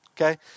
okay